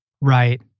Right